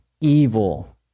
evil